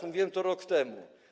Mówiłem to rok temu.